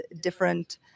different